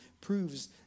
proves